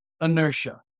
inertia